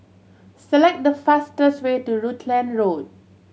select the fastest way to Rutland Road